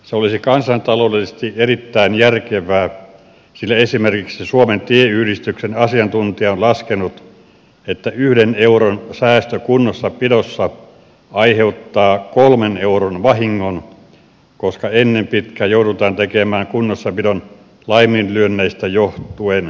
se olisi kansantaloudellisesti erittäin järkevää sillä esimerkiksi suomen tieyhdistyksen asiantuntija on laskenut että yhden euron säästö kunnossapidossa aiheuttaa kolmen euron vahingon koska ennen pitkää joudutaan tekemään kunnossapidon laiminlyönneistä johtuen peruskorjauksia